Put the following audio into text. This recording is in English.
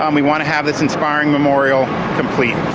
um we want to have this inspiring memorial complete.